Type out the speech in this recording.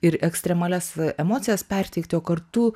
ir ekstremalias emocijas perteikti o kartu